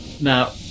Now